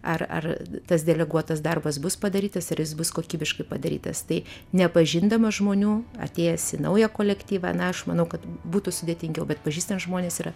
ar ar tas deleguotas darbas bus padarytas ir jis bus kokybiškai padarytas tai nepažindamas žmonių atėjęs į naują kolektyvą na aš manau kad būtų sudėtingiau bet pažįstant žmones yra